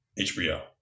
HBO